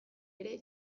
ere